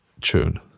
tune